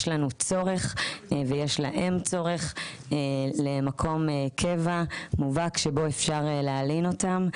יש לנו צורך ויש להם צורך למקום קבע מובהק שבו אפשר להלין אותם.